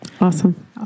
Awesome